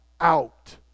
out